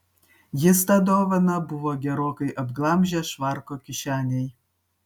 jis tą dovaną buvo gerokai apglamžęs švarko kišenėj